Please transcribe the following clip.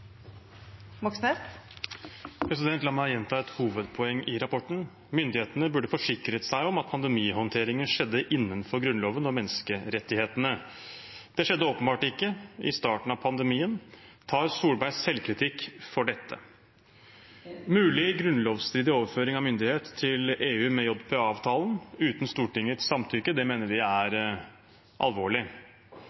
La meg gjenta et hovedpoeng i rapporten: Myndighetene burde forsikret seg om at pandemihåndteringen skjedde innenfor Grunnloven og menneskerettighetene. Det skjedde åpenbart ikke i starten av pandemien. Tar Solberg selvkritikk for dette? Mulig grunnlovsstridig overføring av myndighet til EU, med JPA-avtalen, uten Stortingets samtykke, mener vi er